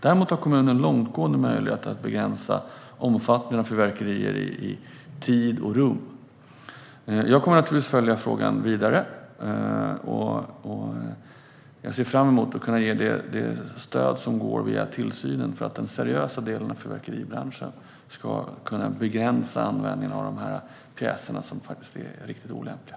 Däremot har kommunen långtgående möjligheter att begränsa omfattningen av fyrverkerier i tid och rum. Jag kommer naturligtvis att följa frågan vidare, och jag ser fram emot att kunna ge det stöd som går via tillsynen för att den seriösa delen av fyrverkeribranschen ska kunna begränsa användningen av de här pjäserna som faktiskt är riktigt olämpliga.